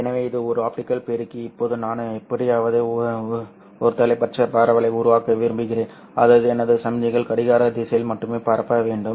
எனவே இது ஒரு ஆப்டிகல் பெருக்கி இப்போது நான் எப்படியாவது ஒருதலைப்பட்ச பரவலை உருவாக்க விரும்புகிறேன் அதாவது எனது சமிக்ஞைகள் கடிகார திசையில் மட்டுமே பரப்ப வேண்டும்